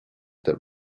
that